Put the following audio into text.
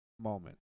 moment